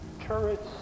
turrets